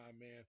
man